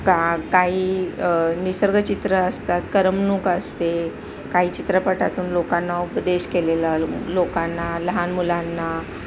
का काही निसर्गचित्र असतात करमणूक असते काही चित्रपटातून लोकांना उपदेश केलेला लोकांना लहान मुलांना